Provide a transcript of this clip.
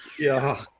yeah.